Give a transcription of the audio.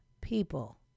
people